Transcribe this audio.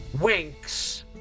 winks